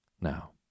Now